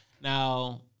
Now